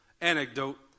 anecdote